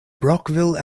brockville